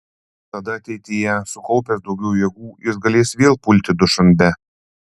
tada ateityje sukaupęs daugiau jėgų jis galės vėl pulti dušanbę